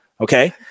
okay